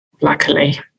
luckily